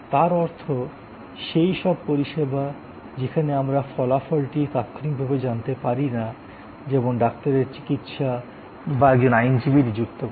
তার অর্থ সেই সব পরিষেবা যেখানে আমরা ফলাফলটি তাৎক্ষণিকভাবে জানতে পারি না যেমন ডাক্তারের চিকিৎসা বা একজন আইনজীবী নিযুক্ত করা